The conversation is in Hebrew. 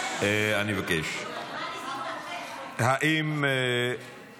אני ואתה בארוחת ערב.